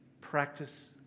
practice